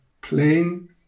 plain